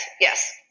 Yes